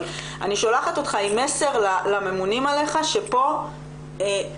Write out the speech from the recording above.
אני שולחת אותך עם מסר לממונים עליך שפה נדרש,